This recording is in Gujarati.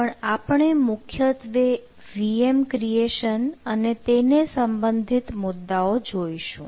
પણ આપણે મુખ્યત્વે VM ક્રીએશન અને તેને સંબંધિત મુદ્દાઓ જોઇશું